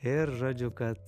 ir žodžiu kad